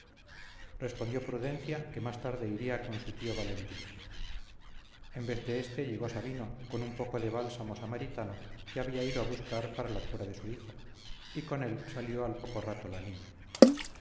respondió prudencia que más tarde iría con su tío valentín en vez de este llegó sabino con un poco de bálsamo samaritano que había ido a buscar para la cura de su hijo y con él salió al poco rato la niña